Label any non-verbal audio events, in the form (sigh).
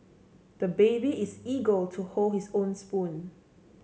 the baby is (unintelligible) to hold his own spoon